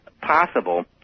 possible